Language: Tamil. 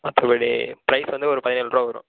மற்றபடி ப்ரைஸ் வந்து ஒரு பதினேழுருவா வரும்